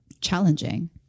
challenging